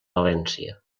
valència